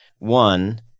One